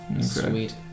Sweet